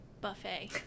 Buffet